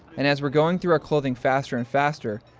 and as we're going through our clothing faster and faster,